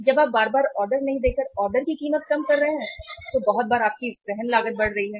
जब आप बार बार ऑर्डर नहीं देकर ऑर्डर की कीमत कम कर रहे हैं तो बहुत बार आपकी वहन लागत बढ़ रही है